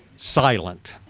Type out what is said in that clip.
silent.